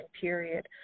period